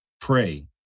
pray